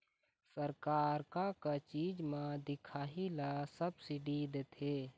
सरकार का का चीज म दिखाही ला सब्सिडी देथे?